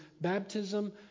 baptism